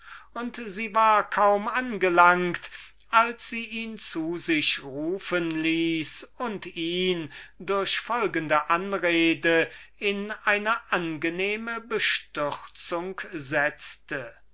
und sie war kaum angelangt als sie ihn zu sich rufen ließ und ihn durch folgende anrede in eine angenehme bestürzung setzte